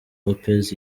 lopez